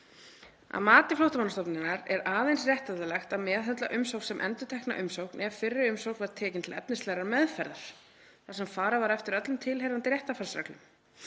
Að mati Flóttamannastofnunarinnar er aðeins réttlætanlegt að meðhöndla umsókn sem endurtekna umsókn ef fyrri umsóknin var tekin til efnislegrar meðferðar, þar sem farið var eftir öllum tilheyrandi réttarfarsreglum.